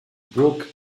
burg